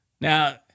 Now